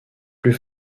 plus